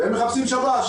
והם מחפשים שבש